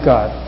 God